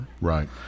Right